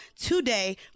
today